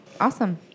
awesome